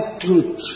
truth